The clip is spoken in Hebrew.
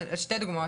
מבלאקרוק,